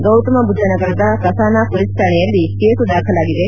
ಗೌತಮ ಬುದ್ದ ನಗರದ ಕಸನಾ ಪೊಲೀಸ್ ಠಾಣೆಯಲ್ಲಿ ಕೇಸು ದಾಖಲಾಗಿದೆ